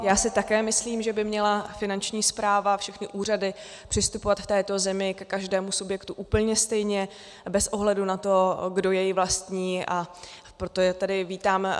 Já si také myslím, že by měla Finanční správa, všechny úřady přistupovat v této zemi ke každému subjektu úplně stejně bez ohledu na to, kdo jej vlastní, a proto je tady vítáme.